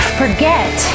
forget